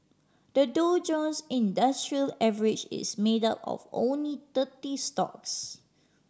the Dow Jones Industrial Average is made up of only thirty stocks